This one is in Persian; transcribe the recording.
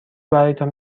برایتان